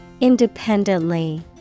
Independently